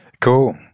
cool